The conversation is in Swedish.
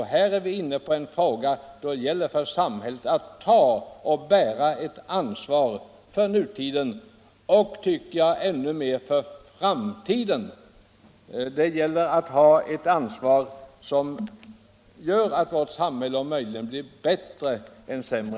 I den här frågan gäller det för samhället att bära ett ansvar för nutiden och, tycker jag, ännu mer för framtiden. Vi måste om möjligt göra vårt samhälle bättre och inte sämre.